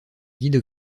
guide